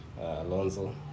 Alonso